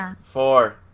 Four